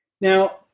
Now